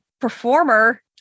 performer